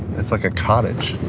it's like a cottage